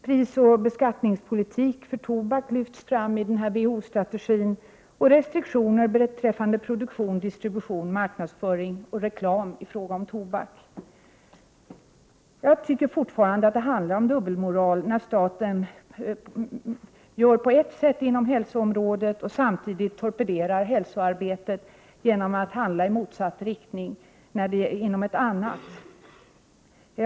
Prisoch beskattningspolitik för tobak lyfts fram i WHO-strategin, liksom restriktioner beträffande produktion, distribution, marknadsföring och reklam i fråga om tobak. Jag tycker fortfarande att det rör sig om dubbelmoral när staten handlar på ett sätt inom hälsoområdet och samtidigt torpederar hälsoarbetet genom att handla i motsatt riktning inom ett annat område.